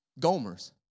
gomers